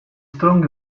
strong